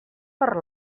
per